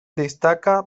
destaca